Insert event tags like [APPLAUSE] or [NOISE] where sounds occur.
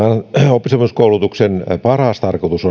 oppisopimuskoulutuksen paras tarkoitus [UNINTELLIGIBLE]